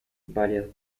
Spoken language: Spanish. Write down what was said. varias